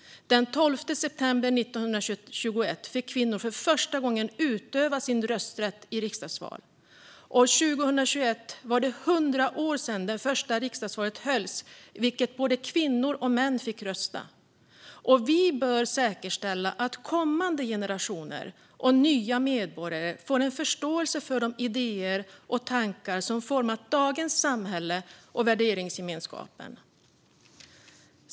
Den 12 september 1921 fick kvinnor för första gången utöva sin rösträtt i riksdagsval. År 2021 var det 100 år sedan det första riksdagsvalet hölls i vilket både kvinnor och män fick rösta. Vi bör säkerställa att kommande generationer och nya medborgare får en förståelse för de idéer och tankar som format dagens samhälle och värderingsgemenskap.